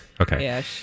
okay